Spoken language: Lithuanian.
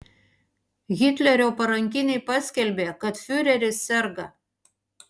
hitlerio parankiniai paskelbė kad fiureris serga